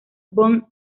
von